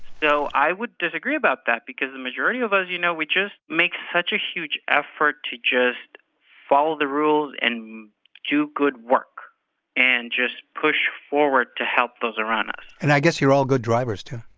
so i would disagree about that because the majority of us, you know, we just make such a huge effort to just follow the rules and do good work and just push forward to help those around us and i guess you're all good drivers, too